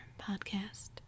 podcast